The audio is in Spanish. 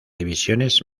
divisiones